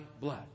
blood